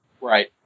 Right